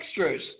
Extras